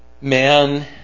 man